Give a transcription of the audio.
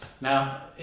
Now